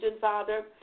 Father